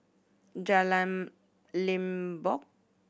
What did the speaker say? Jalan Limbok